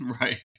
Right